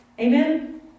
Amen